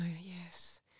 yes